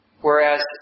Whereas